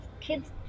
kids